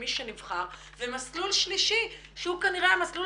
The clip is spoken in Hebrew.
כמי שנבחר ומסלול שלישי שהוא כנראה המסלול